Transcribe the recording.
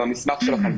שלכם,